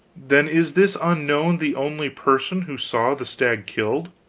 then is this unknown the only person who saw the stag killed?